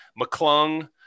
McClung